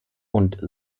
und